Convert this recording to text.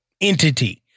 entity